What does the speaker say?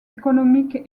économique